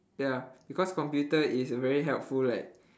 ya because computer is very helpful like